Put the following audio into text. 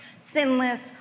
sinless